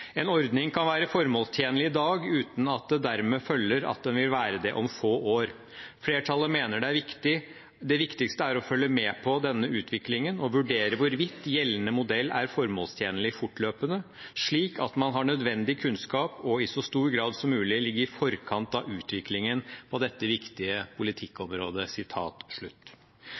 ordning kan være formålstjenlig i dag, uten at det dermed følger at den vil være det om få år. Flertallet mener det viktigste er å følge med på denne utviklingen og vurdere hvorvidt gjeldende modell er formålstjenlig fortløpende, slik at man har nødvendig kunnskap og i så stor grad som mulig kan ligge i forkant av utviklingen på dette viktige politikkområdet.»